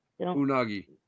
Unagi